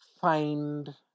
find